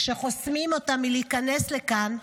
כשחוסמים אותה מלהיכנס לכאן,